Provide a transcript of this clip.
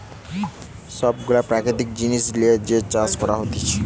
সব গুলা প্রাকৃতিক জিনিস লিয়ে যে চাষ করা হতিছে